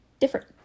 different